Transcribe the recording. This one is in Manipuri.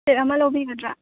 ꯄ꯭ꯂꯦꯠ ꯑꯃ ꯂꯧꯕꯤꯒꯗ꯭ꯔꯥ